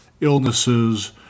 illnesses